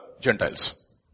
gentiles